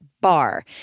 bar